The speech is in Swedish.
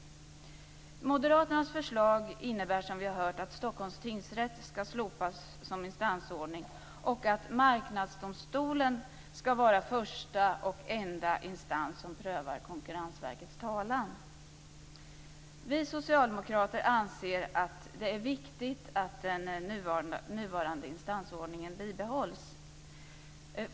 Moderaternas förslag innebär som vi har hört att Stockholms tingsrätt ska slopas som instansordning och att Marknadsdomstolen ska vara första och enda instans som prövar Konkurrensverkets talan. Vi socialdemokrater anser att det är viktigt att den nuvarande instansordningen bibehålls.